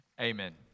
Amen